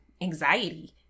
anxiety